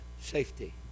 safety